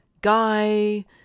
guy